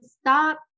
stop